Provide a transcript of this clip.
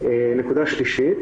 נקודה שלישית